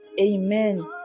Amen